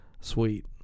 Sweet